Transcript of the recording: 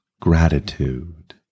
gratitude